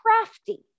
crafty